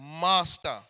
master